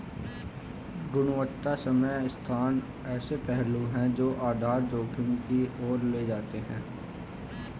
गुणवत्ता समय स्थान ऐसे पहलू हैं जो आधार जोखिम की ओर ले जाते हैं